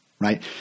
right